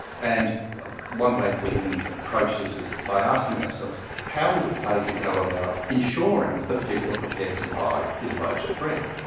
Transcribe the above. and one way we can approach this is by asking ourselves, how would the baker go about ensuring that people are prepared to buy his loaves of bread?